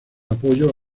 apoyo